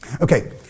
Okay